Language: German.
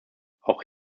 auch